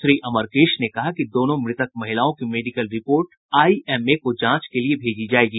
श्री अमरकेश ने कहा कि दोनों मृतक महिलाओं की मेडिकल रिपोर्ट आईएमए को जांच के लिए भेजी जायेगी